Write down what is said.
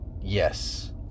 Yes